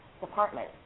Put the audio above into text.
department